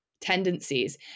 tendencies